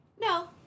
No